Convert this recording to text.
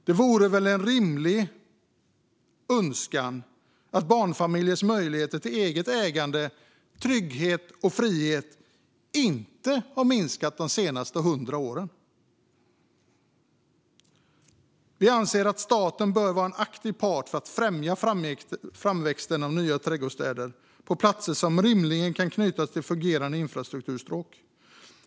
Det är väl en rimlig önskan att barnfamiljers möjlighet till eget ägande, trygghet och frihet inte ska ha minskat de senaste 100 åren? Vi anser att staten bör vara en aktiv part för att främja framväxten av nya trädgårdsstäder på platser som rimligen kan knytas till fungerande infrastrukturstråk.